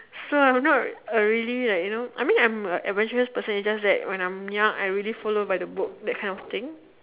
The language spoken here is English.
so I'm not really like you know I mean I'm an adventurous person its just that when I'm young I really follow by the book that kind of thing